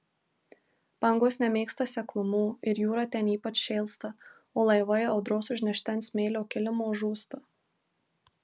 bangos nemėgsta seklumų ir jūra ten ypač šėlsta o laivai audros užnešti ant smėlio kilimo žūsta